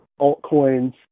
altcoins